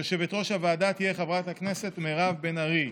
יושבת-ראש הוועדה תהיה חברת הכנסת מירב בן ארי.